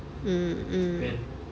mm